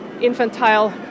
infantile